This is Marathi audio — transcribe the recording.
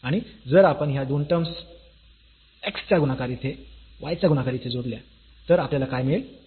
आणि जर आपण ह्या दोन टर्म्स एक्सचा गुणाकार येथे आणि वायचा ईथे जोडल्या तर आपल्याला काय मिळेल